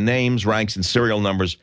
the names ranks and serial numbers